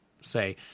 say